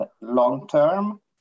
long-term